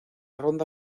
ronda